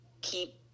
keep